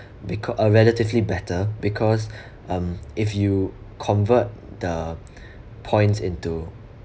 beca~ a relatively better because um if you convert the points into